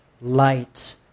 light